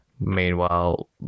Meanwhile